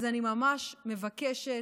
אז אני ממש מבקשת,